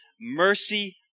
mercy